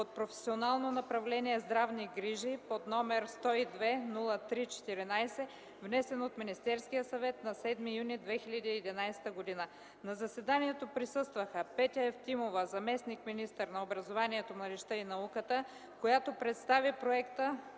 от професионално направление „Здравни грижи” под № 102-03-14, внесен от Министерския съвет на 7 юни 2011 г. На заседанието присъстваха: Петя Евтимова – заместник-министър на образованието, младежта и науката, която представи проекта;